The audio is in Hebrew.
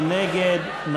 מי נגד?